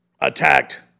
attacked